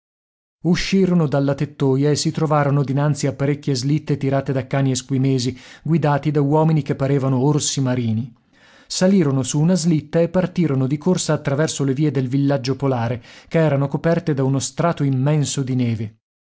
uscirono dalla tettoia e si trovarono dinanzi a parecchie slitte tirate da cani esquimesi guidate da uomini che parevano orsi marini salirono su una slitta e partirono di corsa attraverso le vie del villaggio polare che erano coperte da uno strato immenso di neve